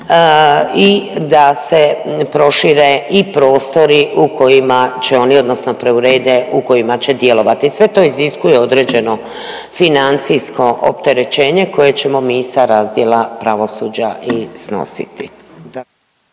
i da se prošire i prostori u kojima će oni odnosno preurede u kojima će djelovati. Sve to iziskuje određeno financijsko opterećenje koje ćemo mi sa razdjela pravosuđa i snositi.